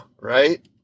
right